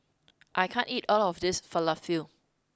I can't eat all of this Falafel